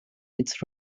its